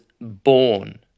born